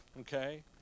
Okay